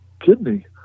kidney